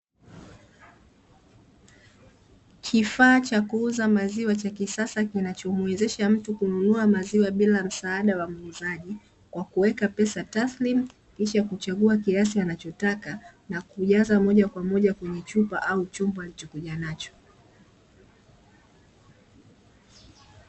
Kifaa cha kuuza maziwa cha kisasa kinachomwezesha mtu kununua maziwa bila msaada wa muuzaji, kwa kuweka pesa taslimu, kisha kuchagua kiasi anachotaka na kujaza moja kwa moja kwenye chupa au chombo alichokuja nacho.